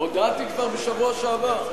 הודעתי כבר בשבוע שעבר.